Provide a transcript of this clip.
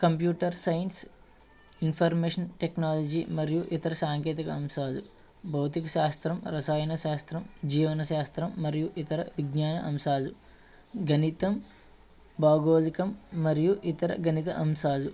computer science information technology మరియు ఇతర సాంకేతిక అంశాలు భౌతిక శాస్త్రం రసాయన శాస్త్రం జీవన శాస్త్రం మరియు ఇతర విజ్ఞాన అంశాలు గణితం భౌగోళికం మరియు ఇతర గణిత అంశాలు